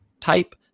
type